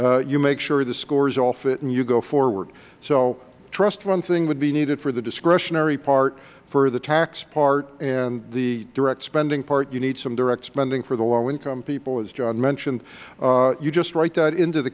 need you make sure the scores all fit and you go forward so trust fund thing would be needed for the discretionary part for the tax part and the direct spending part you need some direct spending for the low income people as john mentioned you just write that into the